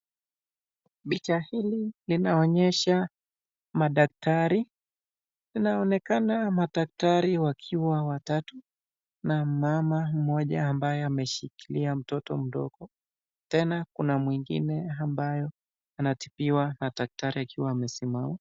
Picha hili linaonyesha madaktari, inaonekana madaktari hawa wakiwa watatu na mama moja ambaye ameshika mtoto mdogo tena kuna mwengine ambayo anatibiwa na daktari akiwa amesimama.